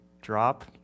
drop